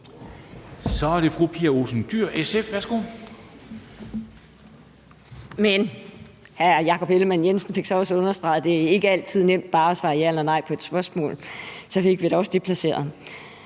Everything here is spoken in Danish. Kl. 10:09 Pia Olsen Dyhr (SF): Hr. Jakob Ellemann-Jensen fik så også understreget, at det ikke altid er nemt bare at svare ja eller nej på et spørgsmål. Så fik vi da også det placeret.